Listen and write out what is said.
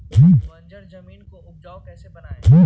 बंजर जमीन को उपजाऊ कैसे बनाय?